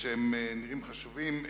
שנראים חשובים.